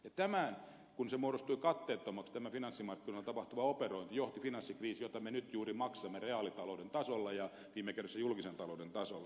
tämä kun muodostui katteettomaksi tämä finanssimarkkinoilla tapahtuva operointi johti finanssikriisiin jota me nyt juuri maksamme reaalitalouden tasolla ja viime kädessä julkisen talouden tasolla